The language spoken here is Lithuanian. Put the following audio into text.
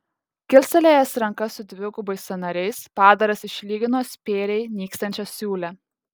kilstelėjęs rankas su dvigubais sąnariais padaras išlygino spėriai nykstančią siūlę